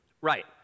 Right